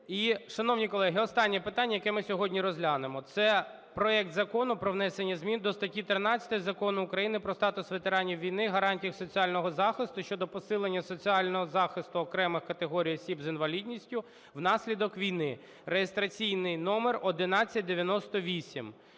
шановні колеги, останнє питання, яке ми сьогодні розглянемо це проект Закону про внесення зміни до статті 13 Закону України "Про статус ветеранів війни, гарантії їх соціального захисту" щодо посилення соціального захисту окремих категорій осіб з інвалідністю внаслідок війни, (реєстраційний номер 1198).